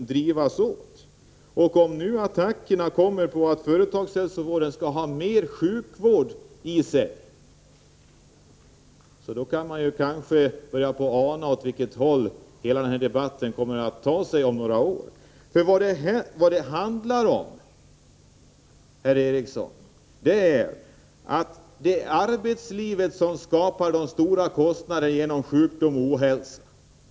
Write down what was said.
När det nu görs attacker för att företagshälsovården skall omfatta mera sjukvård kan man börja ana i vilken riktning hela denna debatt kanske kommer att gå om några år. Det handlar om, herr Eriksson, att arbetslivet skapar de stora kostnaderna för sjukdom och ohälsa.